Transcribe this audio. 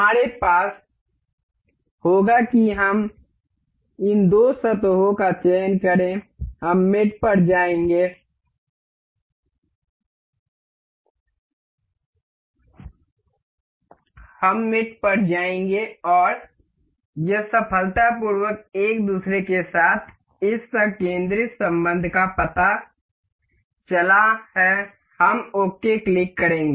हमारे पास होगा कि हम इन दो सतहों का चयन करें हम मेट पर जाएंगे और यह सफलतापूर्वक एक दूसरे के साथ इस संकेंद्रित संबंध का पता चला है हम ओके क्लिक करेंगे